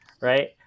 right